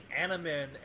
Animen